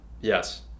Yes